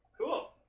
Cool